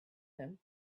him